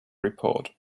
report